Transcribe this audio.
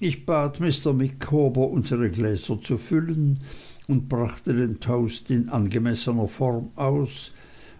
ich bat mr micawber unsere gläser zu füllen und brachte den toast in angemessener form aus